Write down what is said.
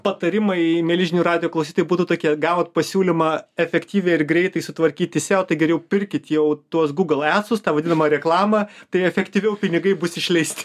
patarimai mieli žinių radijo klausytojai būtų tokie gavot pasiūlymą efektyviai ir greitai sutvarkyti seo tai geriau pirkit jau tuos google adsus tą vadinamą reklamą tai efektyviau pinigai bus išleisti